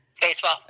Baseball